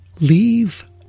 leave